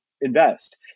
invest